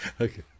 Okay